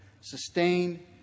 sustained